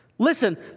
Listen